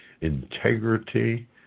integrity